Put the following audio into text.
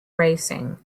racing